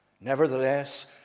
Nevertheless